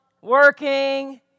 working